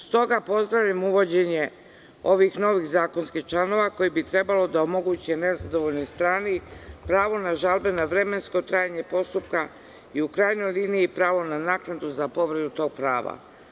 Stoga pozdravljam uvođenje ovih novih zakonskih članova koji bi trebalo da omoguće nezadovoljnoj strani pravo na žalbe, na vremensko trajanje postupka i u krajnjoj liniji pravo na naknadu za povredu tog prava.